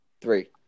Three